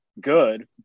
good